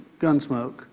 Gunsmoke